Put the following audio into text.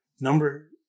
Number